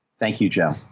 thank you, joe.